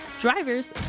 drivers